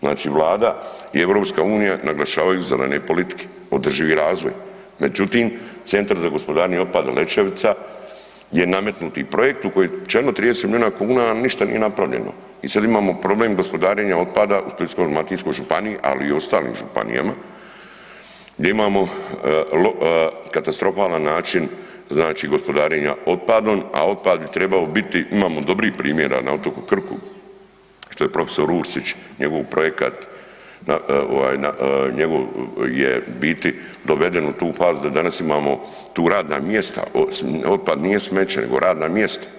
Znači Vlada i EU naglašavaju zelene politike, održivi razvoj, međutim, Centar za gospodarenje otpada Lećevica je nametnuti projekt u koji je utučeno 30 milijuna kuna, a ništa nije napravljeno i sada imamo problem gospodarenja otpada u Splitsko-dalmatinskoj županiji, ali i u ostalim županijama gdje imamo .../nerazumljivo/... katastrofalan način znači gospodarenja otpadom, a otpad bi trebao biti, imamo dobrih primjera na otoku Krku, što je profesor ... njegov projekat njegov je biti doveden u tu fazu da danas imamo tu radna mjesta, otpad nije smeće nego radna mjesta.